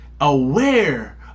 aware